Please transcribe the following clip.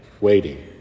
waiting